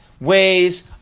ways